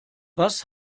was